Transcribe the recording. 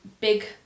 big